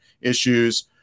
issues